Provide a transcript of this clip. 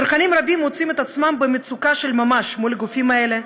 צרכנים רבים מוצאים עצמם במצוקה של ממש מול גופים אלו,